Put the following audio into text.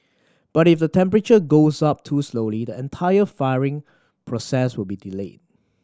but if the temperature goes up too slowly the entire firing process will be delayed